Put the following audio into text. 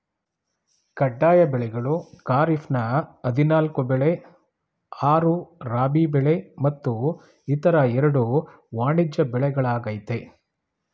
ಕಡ್ಡಾಯ ಬೆಳೆಗಳು ಖಾರಿಫ್ನ ಹದಿನಾಲ್ಕು ಬೆಳೆ ಆರು ರಾಬಿ ಬೆಳೆ ಮತ್ತು ಇತರ ಎರಡು ವಾಣಿಜ್ಯ ಬೆಳೆಗಳಾಗಯ್ತೆ